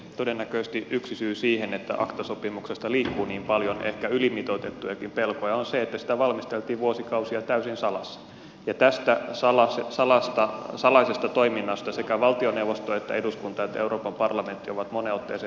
todennäköisesti yksi syy siihen että acta sopimuksesta liikkuu niin paljon ehkä ylimitoitettujakin pelkoja on se että sitä valmisteltiin vuosikausia täysin salassa ja tästä salaisesta toiminnasta sekä valtioneuvosto eduskunta että euroopan parlamentti ovat moneen otteeseen huomauttaneet